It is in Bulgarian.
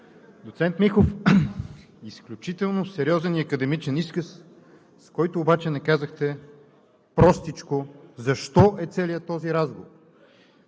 Доцент Михов, изключително сериозен и академичен изказ, с който обаче не казахте простичко защо е целият този разговор.